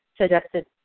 suggested